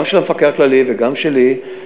גם של המפקח הכללי וגם שלי,